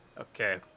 Okay